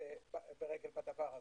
בדבר הזה.